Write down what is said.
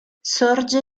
sorge